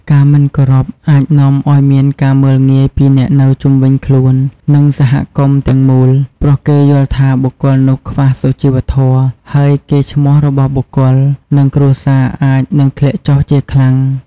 ការមិនគោរពអាចនាំឲ្យមានការមើលងាយពីអ្នកនៅជុំវិញខ្លួននិងសហគមន៍ទាំងមូល ព្រោះគេយល់ថាបុគ្គលនោះខ្វះសុជីវធម៌ ហើយកេរ្តិ៍ឈ្មោះរបស់បុគ្គល និងគ្រួសារអាចនឹងធ្លាក់ចុះជាខ្លាំង។